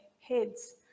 heads